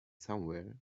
somewhere